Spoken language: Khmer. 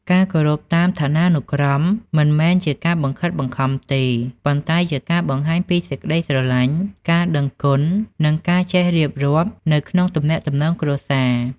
ការគោរពតាមឋានានុក្រម មិនមែនជាការបង្ខិតបង្ខំទេ ប៉ុន្តែជាការបង្ហាញពី សេចក្តីស្រលាញ់ ការដឹងគុណ និងការចេះរៀបរាប់ នៅក្នុងទំនាក់ទំនងគ្រួសារ។